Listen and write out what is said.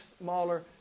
smaller